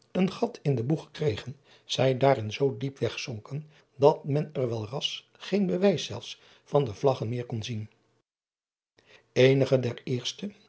een gat in den boeg kregen zij daarin zoo diep wegzonken dat men er wel ras geen bewijs zelfs van de vlaggen meer kon zien enige der eerste